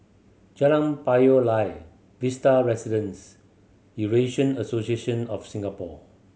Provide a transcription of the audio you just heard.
Jalan Payoh Lai Vista Residences Eurasian Association of Singapore